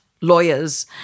lawyers